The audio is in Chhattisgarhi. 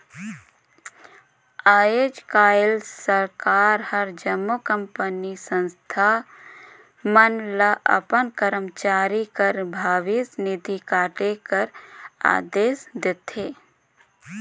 आएज काएल सरकार हर जम्मो कंपनी, संस्था मन ल अपन करमचारी कर भविस निधि काटे कर अदेस देथे